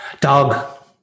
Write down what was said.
Dog